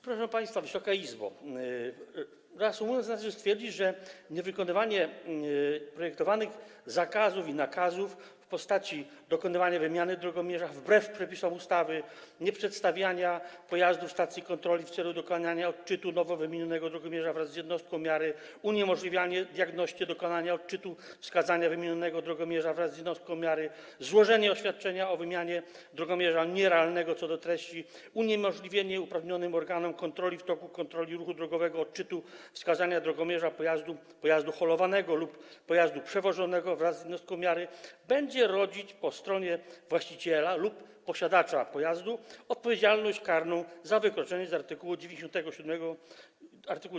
Proszę państwa, Wysoka Izbo, reasumując, należy stwierdzić, że niewykonywanie projektowanych zakazów i nakazów w postaci dokonywania wymiany drogomierza wbrew przepisom ustawy, nieprzedstawianie pojazdu w stacji kontroli w celu dokonania odczytu nowo wymienionego drogomierza wraz z jednostką miary, uniemożliwianie diagnoście dokonania odczytu wskazania wymienionego drogomierza wraz z jednostką miary, złożenie oświadczenia o wymianie drogomierza nierealnego co do treści, uniemożliwienie uprawnionym organom kontroli w toku kontroli ruchu drogowego odczytu wskazania drogomierza pojazdu, pojazdu holowanego lub pojazdu przewożonego wraz z jednostką miary będzie rodzić po stronie właściciela lub posiadacza pojazdu odpowiedzialność karną za wykroczenie z art. 97.